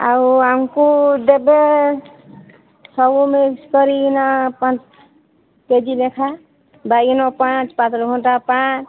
ଆଉ ଆମକୁ ଦେବେ ସବୁ ମିକ୍ସ କରିକି ନା ପାଞ୍ଚ କେଜି ଲେଖାଁ ବାଇଗଣ ପାଞ୍ଚ ପାତଳକଣ୍ଟା ପାଞ୍ଚ